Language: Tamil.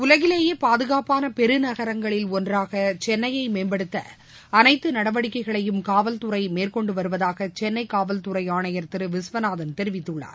உலகிலேயே பாதுகாப்பான பெருநகரங்களில் ஒன்றாக சென்னையை மேம்படுத்த அனைத்து நடவடிக்கைகளையும் காவல் துறை மேற்கொண்டு வருவதாக சென்னை காவல் துறை ஆனையர் திரு விஸ்வநாதன் தெரிவித்துள்ளார்